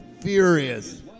furious